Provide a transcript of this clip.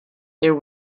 there